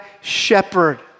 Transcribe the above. shepherd